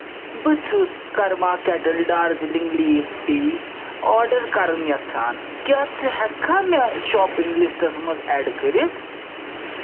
بہٕ چھُس کرما kettle Darjeeling leaf tea order کَرٕنۍ یَژھان کیٛاہ ژٕ ہٮ۪کٕکھا مےٚ شاپنٛگ لِسٹَس منٛز ایڈ کٔرِتھ